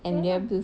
ya lah